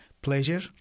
pleasure